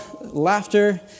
laughter